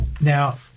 now